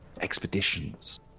expeditions